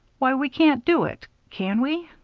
why, we can't do it, can we?